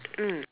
mm